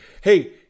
Hey